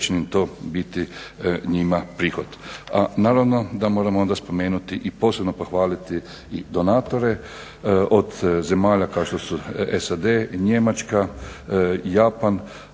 A naravno da moramo onda spomenuti i posebno pohvaliti i donatore od zemalja kao što su SAD, Njemačka, Japan.